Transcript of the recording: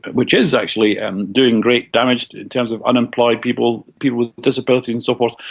which is actually and doing great damage in terms of unemployed people, people with disabilities and so forth.